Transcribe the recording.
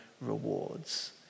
rewards